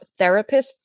therapists